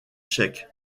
tchèque